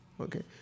Okay